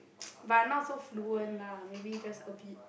but not so fluent lah maybe just a bit